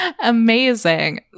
amazing